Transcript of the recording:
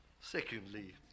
secondly